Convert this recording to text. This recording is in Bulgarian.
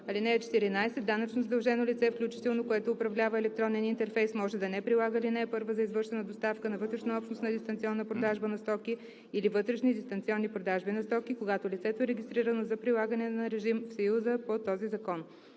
14: „(14) Данъчно задължено лице, включително, което управлява електронен интерфейс може да не прилага ал. 1 за извършена доставка на вътреобщностна дистанционна продажба на стоки или вътрешни дистанционни продажби на стоки, когато лицето е регистрирано за прилагане на режим в Съюза по този закон.“